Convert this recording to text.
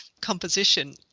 composition